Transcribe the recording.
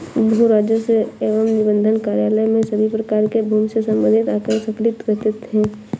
भू राजस्व एवं निबंधन कार्यालय में सभी प्रकार के भूमि से संबंधित आंकड़े संकलित रहते हैं